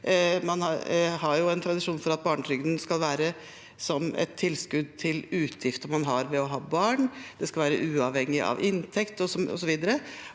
Man har en tradisjon for at barnetrygden skal være som et tilskudd til utgifter man har ved å ha barn, at den skal være uavhengig av inntekt, osv.